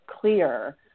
clear